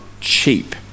cheap